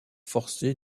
forcée